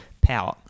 power